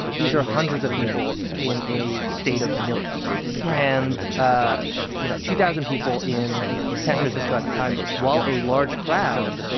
these are hundreds of people in a state of millions right ah you know, two thousand people in san francisco at the time, while a large crowd,